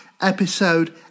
episode